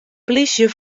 plysje